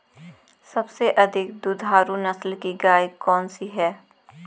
सबसे अधिक दुधारू नस्ल की गाय कौन सी है?